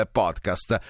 podcast